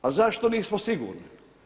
A zašto nismo sigurni?